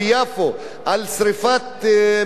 שרפת מסגדים,